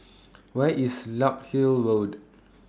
Where IS Larkhill Road